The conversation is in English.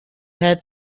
had